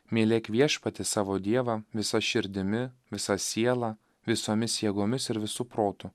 mylėk viešpatį savo dievą visa širdimi visa siela visomis jėgomis ir visu protu